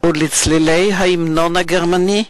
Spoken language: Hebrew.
ולצלילי ההמנון הגרמני.